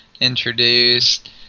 Introduced